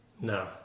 No